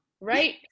right